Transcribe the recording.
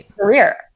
career